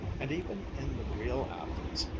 and even in the real athens,